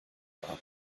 abend